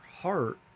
heart